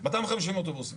250 אוטובוסים.